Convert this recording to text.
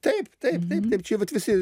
taip taip taip taip čia vat visi